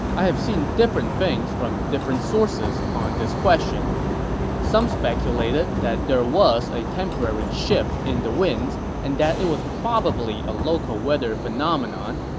i've seen different things from different sources on this. some speculated that there was a temporary shift in the winds and that it was probably a local weather phenomenon,